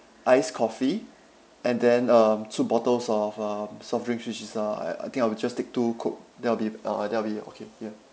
iced coffee and then um two bottles of um soft drinks which is uh I I think I will just take two coke that'll be uh that'll be okay ya